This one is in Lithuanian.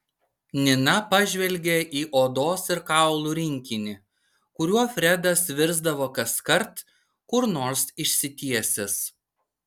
nina pažvelgė į odos ir kaulų rinkinį kuriuo fredas virsdavo kaskart kur nors išsitiesęs